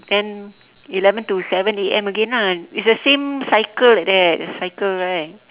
then eleven to seven A_M again lah it's the same cycle like that cycle right